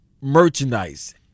merchandise